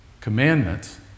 commandments